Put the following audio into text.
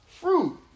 fruit